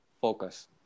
focus